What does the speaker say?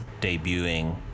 debuting